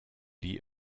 lieh